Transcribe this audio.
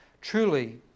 truly